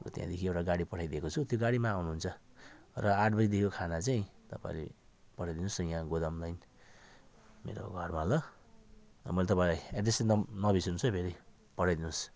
ऊ त्यहाँदेखि एउटा गाडी पठाइदिएको छु त्यो गाडीमा आउनु हुन्छ र आठ बजेदेखिको खाना चाहिँ तपाईँले पठाइदिनु होस् न यहाँ गोदाम लाइन मेरो घरमा ल अब मैले तपाईँलाई एड्रेस चाहिँ न नबिर्सनु होस् है फेरि पठाइदिनु होस्